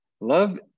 love